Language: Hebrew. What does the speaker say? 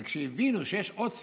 וכשהבינו שיש עוד סיבות,